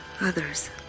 others